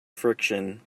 friction